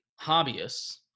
hobbyists